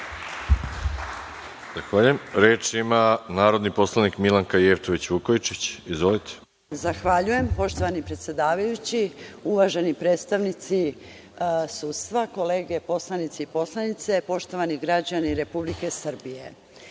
Zahvaljujem. Reč ima narodni poslanik Milanka Jevtović Vukojičić. Izvolite. **Milanka Jevtović Vukojičić** Zahvaljujem, poštovani predsedavajući. Uvaženi predstavnici sudstva, kolege poslanici i poslanice, poštovani građani Republike Srbije,